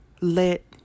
let